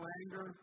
anger